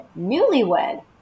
newlywed